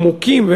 עמוקים,